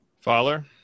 Fowler